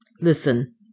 Listen